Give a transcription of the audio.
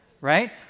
right